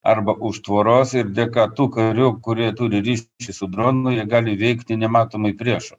arba už tvoros ir dėka tų karių kurie turi ryšį su dronu jie gali veikti nematomai priešo